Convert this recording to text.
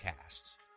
casts